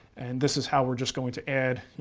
and this is how we're just going to add, you